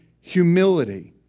Humility